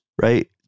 right